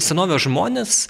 senovės žmonės